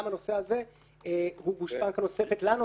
גם הנושא הזה הוא גושפנקה נוספת לנו על